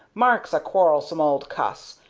mark's a quarrelsome old cuss,